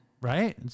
Right